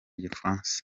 igifaransa